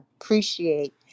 appreciate